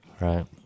right